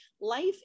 life